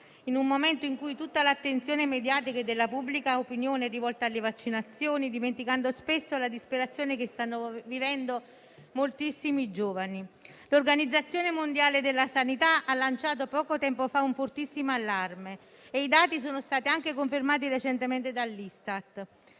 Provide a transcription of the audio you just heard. in un momento in cui tutta l'attenzione mediatica e della pubblica opinione è rivolta alle vaccinazioni, dimenticando spesso la disperazione che stanno vivendo moltissimi giovani. L'Organizzazione mondiale della sanità ha lanciato poco tempo fa un fortissimo allarme e i dati sono stati anche confermati recentemente dall'Istat: